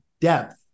depth